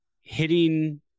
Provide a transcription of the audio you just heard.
hitting